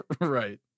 Right